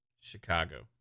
Chicago